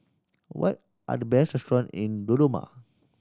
what are the best restaurant in Dodoma